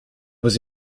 was